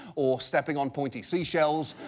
or stepping on pointy seashells,